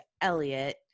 Elliot